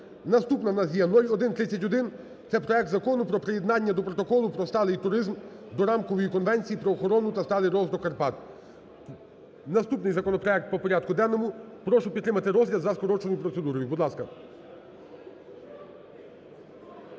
Наступна у нас є 0131, це проект Закону про приєднання до Протоколу про сталий туризм до Рамкової конвенції про охорону та сталий розвиток Карпат. Наступний законопроект по порядку денному. Прошу підтримати розгляд за скороченою процедурою. Будь ласка.